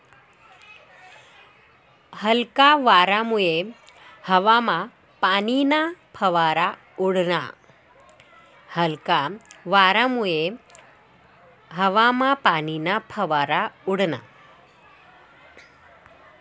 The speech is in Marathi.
हलका वारामुये हवामा पाणीना फवारा उडना